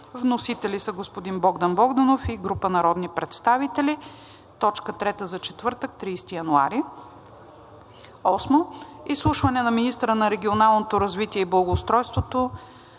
Вносители са господин Богдан Богданов и група народни представители – точка трета за четвъртък, 30 януари 2025 г. 8. Изслушване на министъра на регионалното развитие и благоустройството